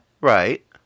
Right